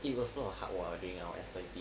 it was not hard [what] during our S_I_P